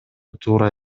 туура